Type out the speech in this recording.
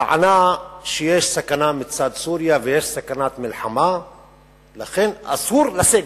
הטענה היא שיש סכנה מצד סוריה ויש סכנת מלחמה ולכן אסור לסגת.